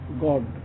God